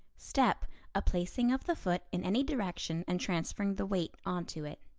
step a placing of the foot in any direction and transferring the weight onto it.